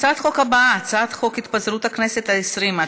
הצעת החוק הבאה: הצעת חוק התפזרות הכנסת העשרים,